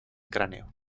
cráneo